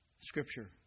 Scripture